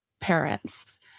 parents